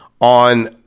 on